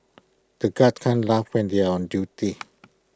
the guards can't laugh when they are on duty